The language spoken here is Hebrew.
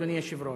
אדוני היושב-ראש,